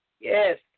Yes